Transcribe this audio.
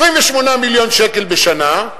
28 מיליון שקל בשנה,